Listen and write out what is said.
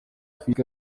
africa